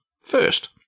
First